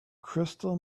crystal